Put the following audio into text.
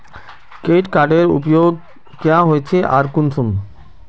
Credit कार्डेर उपयोग क्याँ होचे आर कुंसम?